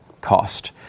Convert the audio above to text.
cost